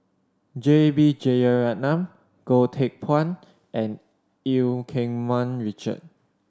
J B Jeyaretnam Goh Teck Phuan and Eu Keng Mun Richard